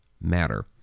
matter